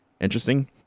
interesting